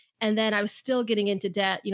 and then i was still getting into debt, you